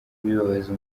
bibabaza